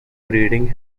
breeding